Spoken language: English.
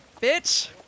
Bitch